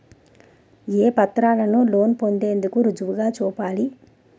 ఏ పత్రాలను లోన్ పొందేందుకు రుజువుగా చూపాలి?